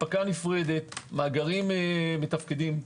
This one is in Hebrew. אספקה נפרדת, מאגרים מתפקדים.